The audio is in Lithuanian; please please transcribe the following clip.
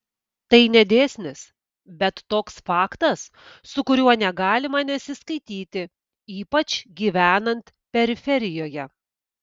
tai ne dėsnis bet toks faktas su kuriuo negalima nesiskaityti ypač gyvenant periferijoje